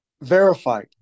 Verify